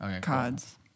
cards